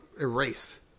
erase